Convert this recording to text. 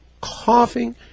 coughing